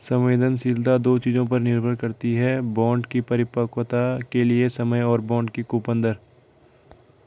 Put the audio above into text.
संवेदनशीलता दो चीजों पर निर्भर करती है बॉन्ड की परिपक्वता के लिए समय और बॉन्ड की कूपन दर